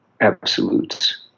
absolutes